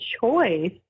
choice